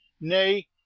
nay